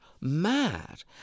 mad